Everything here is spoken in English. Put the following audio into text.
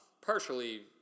Partially